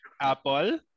Apple